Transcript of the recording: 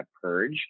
purge